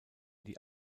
die